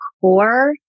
core